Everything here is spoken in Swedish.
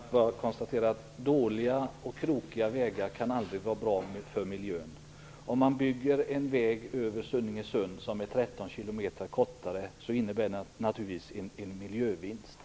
Fru talman! Jag kan bara konstatera att dåliga och krokiga vägar aldrig kan vara bra för miljön. Om man bygger en väg över Sunninge-Sund som är 13 km kortare innebär det naturligtvis en miljövinst.